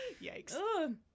Yikes